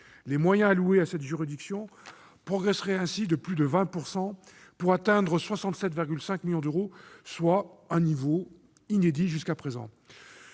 Les moyens alloués à cette juridiction progresseront ainsi de plus de 20 % pour atteindre 67,5 millions d'euros, soit un niveau inédit jusqu'à présent.